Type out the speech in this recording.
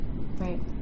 right